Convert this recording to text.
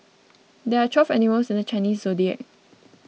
there are twelve animals in the Chinese zodiac